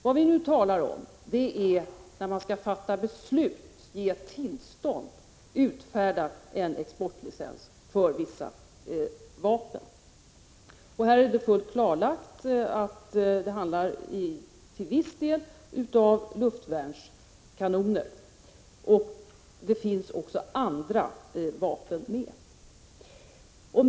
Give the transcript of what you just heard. Vad vi nu talar om är när man skall fatta beslutet att ge tillstånd och utfärda exportlicens för vissa vapen. Här är det fullt klarlagt att det till viss del handlar om luftvärnskanoner, och även vissa andra vapen.